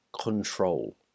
control